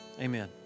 Amen